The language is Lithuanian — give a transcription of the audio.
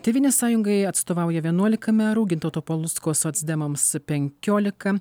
tėvynės sąjungai atstovauja vienuolika merų gintauto palucko socdemams penkiolika